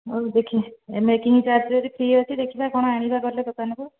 ହଉ ଦେଖେ making charge ଯଦି ଫ୍ରି ଅଛି ଦେଖିବା କ'ଣ ଆଣିବା ଗଲେ ଦୋକାନକୁ